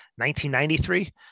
1993